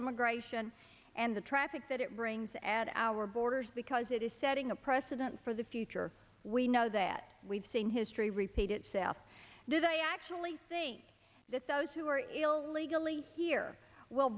immigration and the traffic that it brings add to our borders because it is setting a precedent for the future we know that we've seen history repeat itself that i actually think that those who are illegally here will